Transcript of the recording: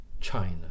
China